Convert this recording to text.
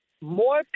more